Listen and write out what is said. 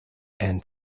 and